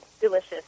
delicious